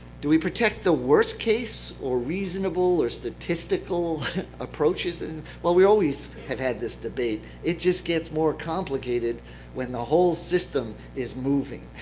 do we protect the worst case, or reasonable, or statistical approaches? and well, we've always had had this debate, it just gets more complicated when the whole system is moving.